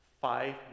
Five